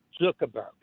Zuckerberg